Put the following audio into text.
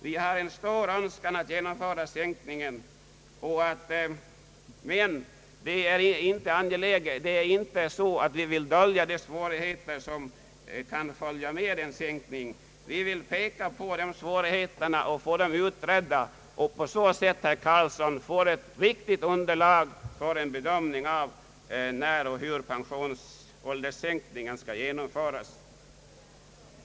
Vi har en stor önskan att genomföra sänkningen, men vi vill inte dölja de svårigheter som kan följa med en sänkning. Vi vill peka på dessa svårigheter, få dem utredda, och på så sätt, herr Carlsson, skaffa ett viktigt underlag för en bedömning av frågan när och hur pensionsålderssänkningen skall genomföras.